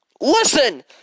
Listen